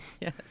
Yes